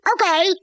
Okay